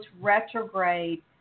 retrograde